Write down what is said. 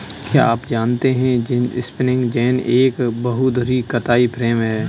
क्या आप जानते है स्पिंनिंग जेनि एक बहु धुरी कताई फ्रेम है?